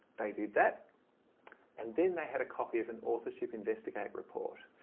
they did that and then they had a copy of an authorship investigative report.